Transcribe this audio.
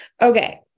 Okay